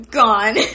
gone